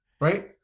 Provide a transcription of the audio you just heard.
Right